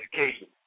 education